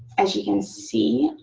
as you can see